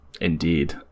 Indeed